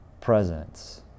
presence